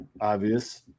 Obvious